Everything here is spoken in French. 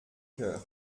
cœur